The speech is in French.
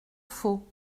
faut